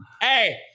hey